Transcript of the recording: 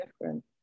different